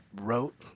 wrote